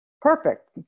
perfect